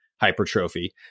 hypertrophy